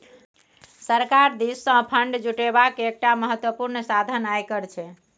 सरकार दिससँ फंड जुटेबाक एकटा महत्वपूर्ण साधन आयकर छै